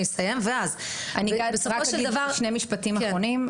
משפטים אחרונים.